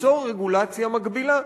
ליצור רגולציה מקבילה?